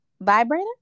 vibrator